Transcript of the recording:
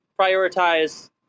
prioritize